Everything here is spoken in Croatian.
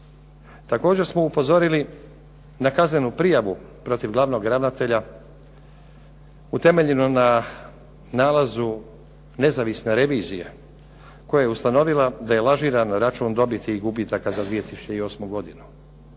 Također smo upozorili na kaznenu prijavu protiv glavnog ravnatelja utemeljeno na nalazu nezavisne revizije koja je ustanovila da je lažiran račun dobiti i gubitaka za 2008. godinu.